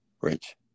Rich